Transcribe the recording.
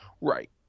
Right